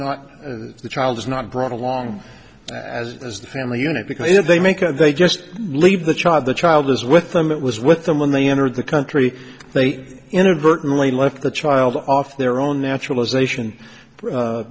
not the child is not brought along as is the family unit because if they make a they just leave the child the child is with them it was with them when they entered the country they inadvertently left the child off their own naturalization